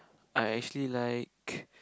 I actually like